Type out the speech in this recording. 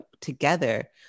together